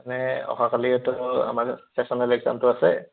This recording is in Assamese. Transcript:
মানে অহাকালিলৈতো আমাৰ চেচনেল এক্সমটো আছে